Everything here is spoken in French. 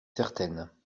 certaine